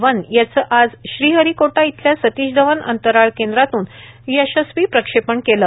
one याचं आज Sriharikota इथल्या सतीश धवन अंतराळ केंद्रातून यशस्वी प्रक्षेपण केलं